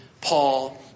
Paul